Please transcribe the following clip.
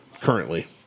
currently